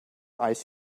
ice